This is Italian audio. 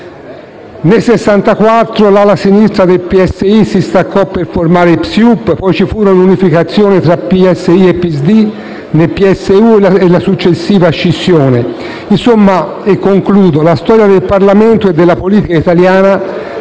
Nel 1964 l'ala di sinistra del PSI si staccò per formare il PSIUP, e poi ci fu l'unificazione tra PSI e PSDI nel PSU e la successiva scissione. Insomma - e concludo - la storia del Parlamento e della politica italiana